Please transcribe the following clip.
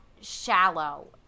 shallow